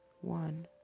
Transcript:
one